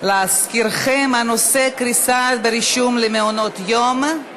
להזכירכם, הנושא: קריסה ברישום למעונות-יום.